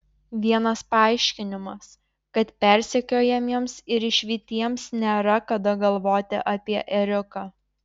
vienas paaiškinimas kad persekiojamiems ir išvytiems nėra kada galvoti apie ėriuką